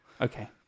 Okay